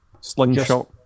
Slingshot